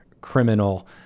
criminal